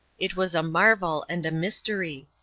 it was a marvel and a mystery.